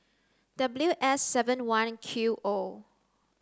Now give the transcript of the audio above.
W S seven one Q O